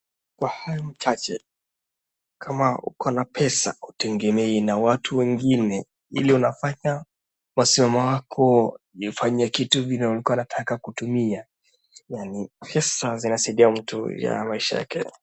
Pahali chache, kama uko na pesa hutegemei na watu wengine ili unafanya wasemako unafanya kitu vile ulikua unataka kutumia yaani pesa zinasaidia mtu ya maisha yake.